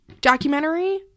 documentary